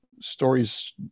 stories